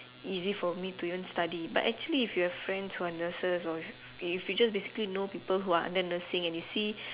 easy for me to even study but actually if you have friends who are nurses or if you just basically know people who and under nursing and you see